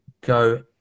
go